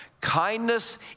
kindness